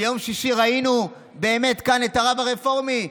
ביום שישי ראינו כאן את הרב הרפורמי,